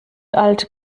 alt